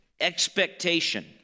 expectation